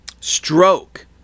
stroke